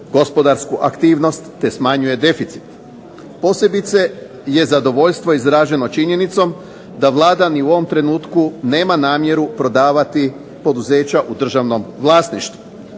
gospodarsku aktivnost, te smanjuje deficit. Posebice je zadovoljstvo izraženo činjenicom da Vlada ni u ovom trenutku nema namjeru prodavati poduzeća u državnom vlasništvu.